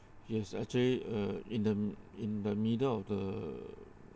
yes actually uh in the in the middle of the